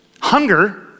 hunger